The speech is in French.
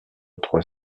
trois